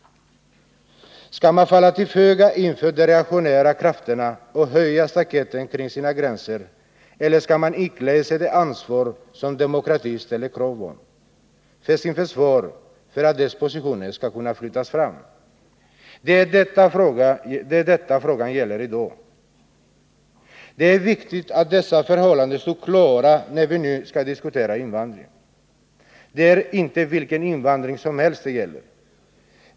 Skall man falla till föga inför de reaktionära krafterna och höja staketen kring sina gränser eller skall man iklä sig det ansvar som demokratin ställer krav på för sitt försvar, för att dess positioner skall kunna flyttas fram? Det är detta frågan gäller i dag. Det är viktigt att dessa förhållanden står klara när vi nu skall diskutera invandringen. Det är inte vilken invandring som helst det gäller.